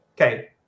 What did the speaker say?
Okay